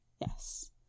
Yes